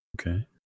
Okay